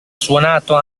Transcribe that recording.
suonato